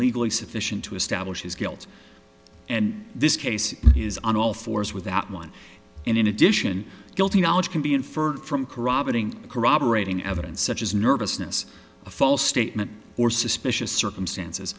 legally sufficient to establish his guilt and this case is on all fours without one and in addition guilty knowledge can be inferred from corroborating corroborating evidence such as nervousness a false statement or suspicious circumstances